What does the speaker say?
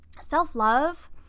Self-love